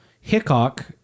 Hickok